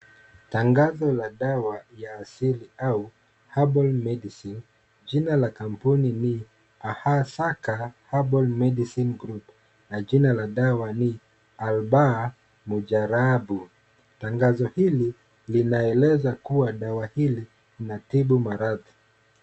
Tangazo la dawa ya asili au Herbal medicine. Jina la kampuni ni Ahasaka Herbal Medicine Group, na jina la dawa ni Albar Mujarabu. Tangazo hili linaeleza kuwa dawa hili, inatibu maradhi.